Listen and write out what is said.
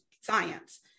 science